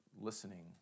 listening